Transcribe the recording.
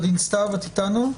היא לא איתנו.